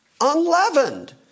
unleavened